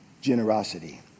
generosity